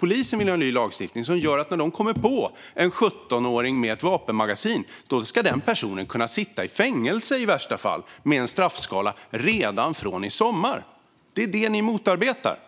Polisen vill ha en ny lagstiftning som gör att när de kommer på en 17åring med ett vapenmagasin ska den personen i värsta fall kunna hamna i fängelse med en straffskala som börjar gälla redan i sommar. Det är det ni motarbetar.